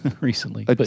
recently